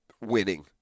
winning